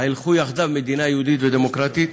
הילכו יחדיו מדינה יהודית ודמוקרטית?